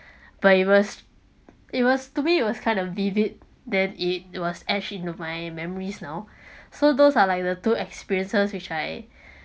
but it was it was to me it was kind of vivid that it was actually in my memories now so those are like the two experiences which I